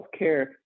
healthcare